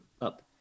up